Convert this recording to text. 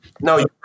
No